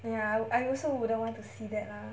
ya I I also wouldn't want to see that lah